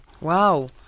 Wow